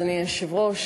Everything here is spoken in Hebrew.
אדוני היושב-ראש,